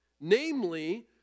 Namely